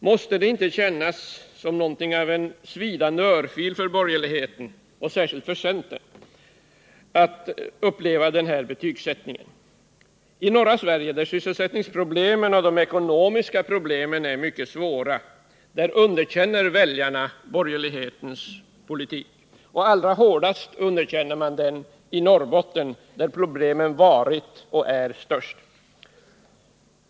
Måste det inte kännas som en svidande örfil för borgerligheten och särskilt centern att på detta sätt bli betygsatt? I norra Sverige, där sysselsättningsproblemen och de ekonomiska problemen är mycket svåra, underkänner väljarna borgerlighetens politik, och allra hårdast underkänner man den i Norrbotten, där problemen varit och är allra störst.